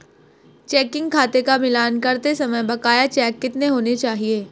Checking खाते का मिलान करते समय बकाया चेक कितने होने चाहिए?